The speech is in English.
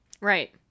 Right